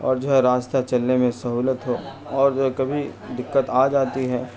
اور جو ہے راستہ چلنے میں سہولت ہو اور جو ہے کبھی دقت آ جاتی ہے